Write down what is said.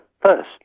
first